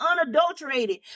unadulterated